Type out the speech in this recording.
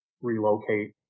relocate